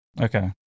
Okay